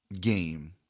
game